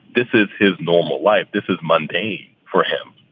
this is his normal life. this is monday for him.